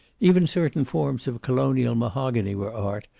even certain forms of colonial mahogany were art,